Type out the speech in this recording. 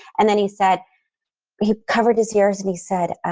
and then he said he covered his ears. and he said,